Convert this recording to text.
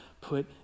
put